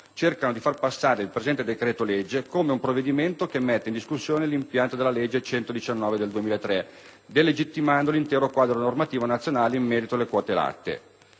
cercano di far passare il presente decreto-legge come un provvedimento che mette in discussione l'impianto della legge n. 119 del 2003, delegittimando l'intero quadro normativo nazionale, in materia di quote latte.